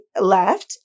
left